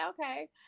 okay